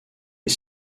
est